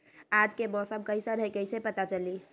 आज के मौसम कईसन हैं कईसे पता चली?